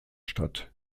statt